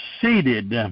seated